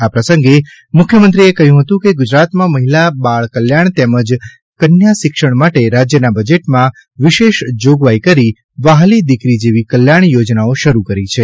આ પ્રસંગે મુખ્યમંત્રીએ કહ્યું હતું કે ગુજરાતમાં મહિલા બાળકલ્યાણ તેમજ કન્યાશિક્ષણ માટે રાજ્યના બજેટમાં વિશેષ જોગવાઇ કરી વ્હાલી દિકરી જેવી કલ્યાણ યોજનાઓ શરૂ કરી છે